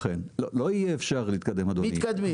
לא שיהיה אפשר להתקדם אדוני --- מתקדמים.